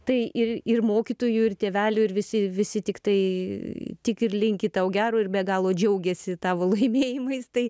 tai ir ir mokytojų ir tėvelių ir visi visi tik tai tik ir linki tau gero ir be galo džiaugiasi tavo laimėjimais tai